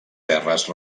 terres